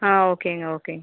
ஆ ஓகேங்க ஓகே